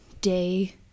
day